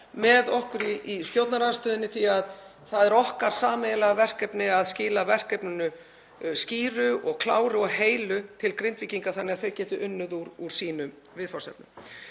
með okkur í stjórnarandstöðunni því að það er okkar sameiginlega verkefni að skila verkefninu skýru og kláru og heilu til Grindvíkinga þannig að þeir geti unnið úr sínum viðfangsefnum.